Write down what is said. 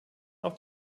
auch